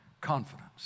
confidence